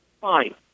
fine